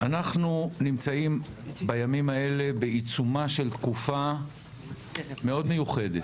אנחנו נמצאים בימים האלה בעיצומה של תקופה מאוד מיוחדת.